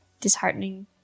disheartening